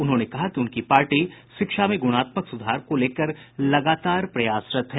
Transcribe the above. उन्होंने कहा कि उनकी पार्टी शिक्षा में गुणात्मक सुधार को लेकर लगातार प्रयासरत है